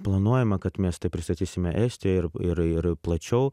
planuojama kad mes tai pristatysime estijoj ir ir ir plačiau